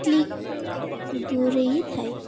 click ଦୂରେଇ ଥାଏ